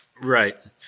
Right